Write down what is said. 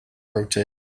rotate